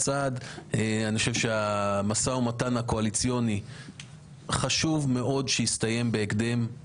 חשוב מאוד שהמו"מ הקואליציוני יסתיים בהקדם.